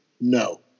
no